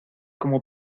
como